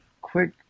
quick